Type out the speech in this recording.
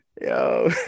Yo